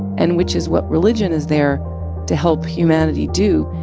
and which is what religion is there to help humanity do,